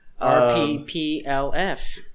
R-P-P-L-F